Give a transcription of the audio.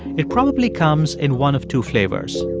it probably comes in one of two flavors.